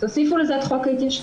תוסיפו לזה את חוק ההתיישנות,